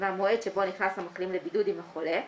מהמועד שבו נכנס המחלים לבידוד עם החולה,